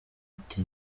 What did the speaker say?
ati